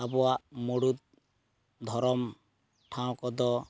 ᱟᱵᱚᱣᱟᱜ ᱢᱩᱲᱩᱫ ᱫᱷᱚᱨᱚᱢ ᱴᱷᱟᱶ ᱠᱚᱫᱚ